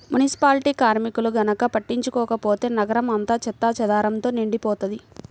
municipality కార్మికులు గనక పట్టించుకోకపోతే నగరం అంతా చెత్తాచెదారంతో నిండిపోతది